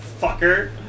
fucker